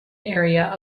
area